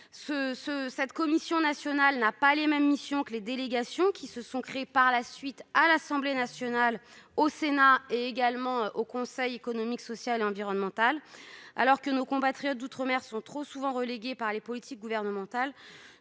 Cette commission nationale n'a pas les mêmes missions que les délégations aux outre-mer qui ont été créées par la suite à l'Assemblée nationale, au Sénat et au Conseil économique, social et environnemental (CESE). Alors que nos compatriotes d'outre-mer sont trop souvent relégués au second plan par les politiques gouvernementales,